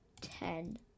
ten